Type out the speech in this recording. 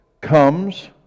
comes